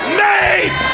made